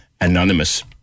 anonymous